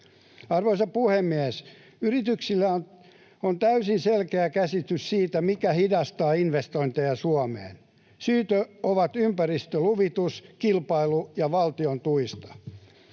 Arvoisa puhemies! Yrityksillä on täysin selkeä käsitys siitä, mikä hidastaa investointeja Suomeen. Syyt ovat ympäristöluvitus ja kilpailu valtion tuista.